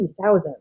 2000